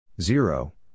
Zero